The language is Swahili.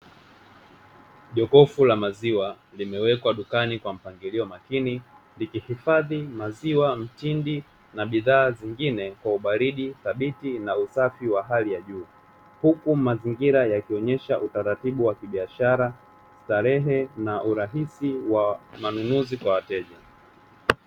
Jokofu la maziwa limewekwa dukani kwa mpangilio makini, likihifadhi maziwa mtindi na bidhaa zingine, kwa ubaridi thabiti na usafi wa hali ya juu, huku mazingira yakionesha utaratibu wa kibiashara, starehe na urahisi wa manunuzi kwa wateja.